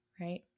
right